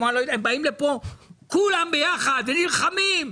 הם באים לפה כולם ביחד ונלחמים.